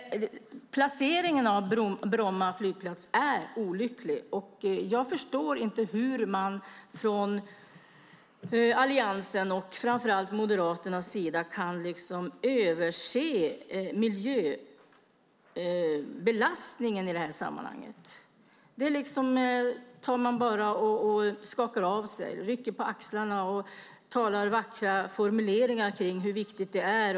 Placeringen av Bromma flygplats är olycklig. Jag förstår inte hur man från Alliansens och framför allt Moderaternas sida kan överse med miljöbelastningen i det här sammanhanget. Det skakar man liksom bara av sig. Man rycker på axlarna och talar med vackra formuleringar om hur viktigt det är.